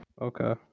Okay